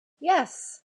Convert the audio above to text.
yes